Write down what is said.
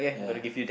ya